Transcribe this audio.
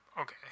Okay